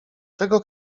czego